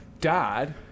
dad